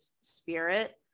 spirit